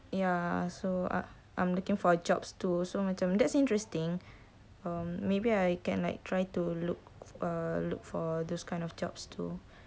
ya so I'm I'm looking for jobs to so macam that's interesting um maybe I can like to try to look uh look for this kind of jobs too